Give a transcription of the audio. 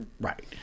Right